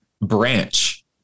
branch